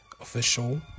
official